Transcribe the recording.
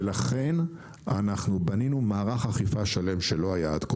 לכן אנחנו בנינו מערך אכיפה שלם שלא היה עד כה,